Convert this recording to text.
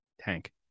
tank